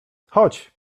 chodź